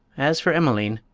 as for emeline,